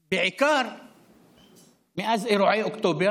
בעיקר מאז אירועי אוקטובר,